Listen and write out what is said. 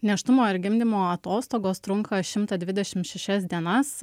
nėštumo ir gimdymo atostogos trunka šimtą dvidešimt šešias dienas